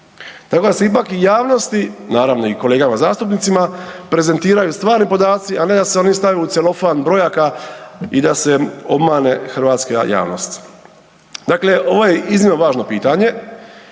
Tako da se ipak jasnosti, naravno i kolegama zastupnicima, prezentiraju stvarni podaci, a ne da se oni stave u celofan brojaka i da se obmani hrvatska javnost. Dakle, ovo je iznimno važno pitanje